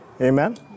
Amen